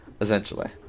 essentially